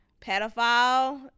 pedophile